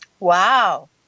Wow